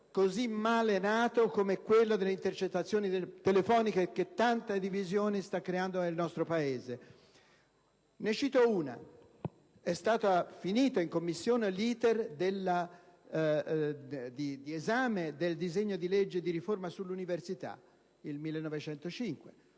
così male nato come quello sulle intercettazioni telefoniche, che tante divisioni sta creando nel nostro Paese. Ne cito uno. È terminato in Commissione l'*iter* del disegno di legge di riforma sull'università, l'Atto